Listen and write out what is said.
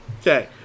Okay